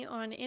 on